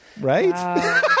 right